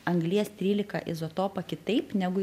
anglies trylika izotopą kitaip negu